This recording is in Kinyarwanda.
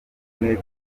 ubumwe